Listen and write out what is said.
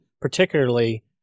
particularly